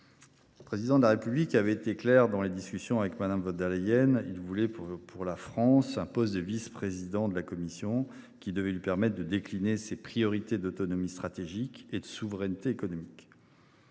Le Président de la République avait été clair dans les discussions avec Mme von der Leyen : il voulait pour la France un poste de vice président de la Commission européenne, qui devait lui permettre de décliner ses priorités d’autonomie stratégique et de souveraineté économique.